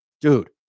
dude